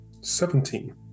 Seventeen